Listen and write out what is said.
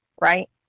Right